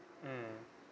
mmhmm